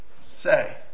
say